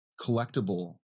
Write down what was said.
collectible